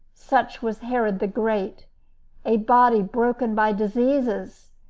such was herod the great a body broken by diseases,